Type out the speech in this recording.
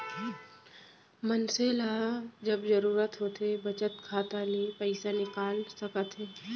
मनसे ल जब जरूरत होथे बचत खाता ले पइसा निकाल सकत हे